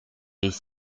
les